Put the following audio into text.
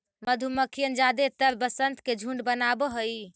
मधुमक्खियन जादेतर वसंत में झुंड बनाब हई